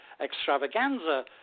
extravaganza